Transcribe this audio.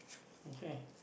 okay